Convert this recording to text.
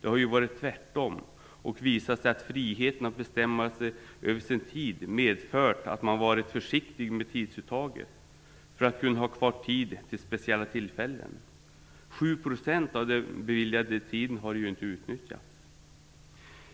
Det har tvärtom visat sig att friheten att bestämma över sin tid medfört att man varit försiktig med tidsuttaget för att kunna ha kvar tid till speciella tillfällen. Av den beviljade tiden har 7 % inte utnyttjats.